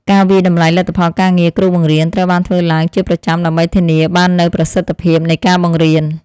ការវាយតម្លៃលទ្ធផលការងារគ្រូបង្រៀនត្រូវបានធ្វើឡើងជាប្រចាំដើម្បីធានាបាននូវប្រសិទ្ធភាពនៃការបង្រៀន។